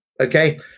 okay